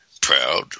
proud